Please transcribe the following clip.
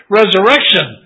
resurrection